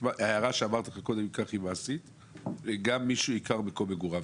ייאמר גם מי שעיקר מקום מגוריו.